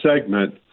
segment